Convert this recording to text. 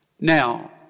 Now